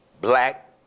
black